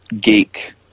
Geek